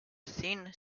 thin